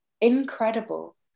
incredible